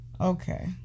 Okay